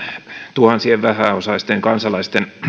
tuhansien vähäosaisten kansalaisten